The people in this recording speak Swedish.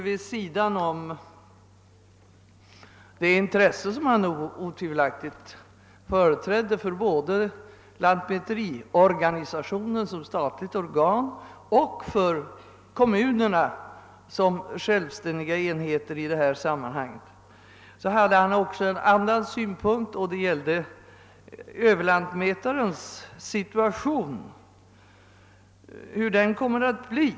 Vid sidan om det intresse som han otvivelaktigt företrädde för både lantmäteriorganisationen som statligt organ och för kommunerna som självständiga enheter i det sammanhanget framförde han även en annan synpunkt som gällde överlantmätarnas situation. Hur kommer den att bii?